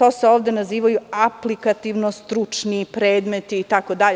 Oni se nazivaju aplikativno stručni predmeti itd.